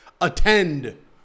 attend